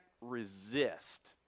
resist